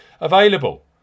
Available